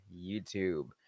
YouTube